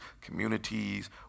communities